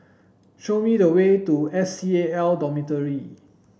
show me the way to S C A L Dormitory